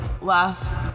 last